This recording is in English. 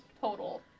total